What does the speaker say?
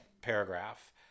paragraph